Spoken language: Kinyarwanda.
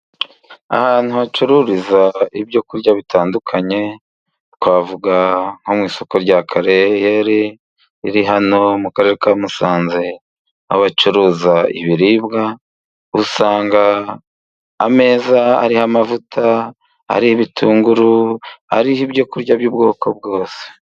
Ahantu bacururiza ibyo kurya bitandukanye twavuga nko mu isoko rya kariyeri riri hano mu karere ka Musanze Aho bacuruza ibiribwa usanga ameza ariho amavuta, ariho ibitunguru, ariho ibyo kurya by'ubwoko bwose.